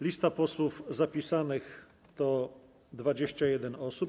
Lista posłów zapisanych to 21 osób.